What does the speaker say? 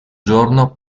giorno